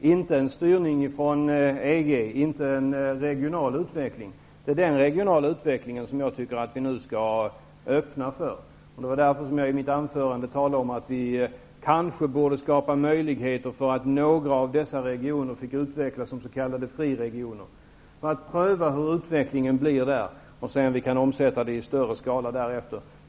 inte en styrning från EG, inte en regional utveckling. Det är den regionala utvecklingen som jag tycker att vi nu skall öppna för, och det var därför som jag i mitt anförande talade om att vi kanske borde skapa möjligheter för några av dessa regioner att utvecklas som s.k. friregioner, för att pröva hur utvecklingen blir där och se om vi kan omsätta det i större skala därefter.